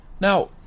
Now